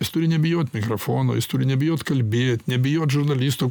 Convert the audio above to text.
jis turi nebijot mikrafono jis turi nebijot kalbėt nebijot žurnalisto